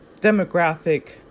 demographic